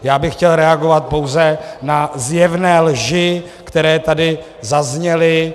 Já bych chtěl reagovat pouze na zjevné lži, které tady zazněly.